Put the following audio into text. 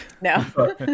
No